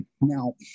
Now